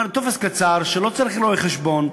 זאת אומרת טופס קצר שלא צריך לו רואה-חשבון,